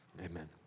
Amen